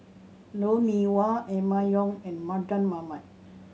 Lou Mee Wah Emma Yong and Mardan Mamat